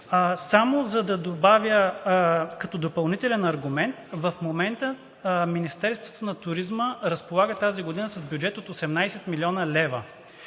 Само за да добавя като допълнителен аргумент, в момента Министерството на туризма разполага тази година с бюджет от 18 млн. лв.